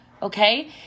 Okay